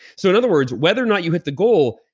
so, in other words, whether or not you hit the goal,